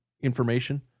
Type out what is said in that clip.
information